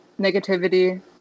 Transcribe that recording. negativity